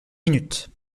minutes